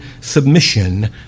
submission